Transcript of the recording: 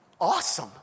awesome